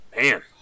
Man